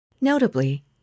Notably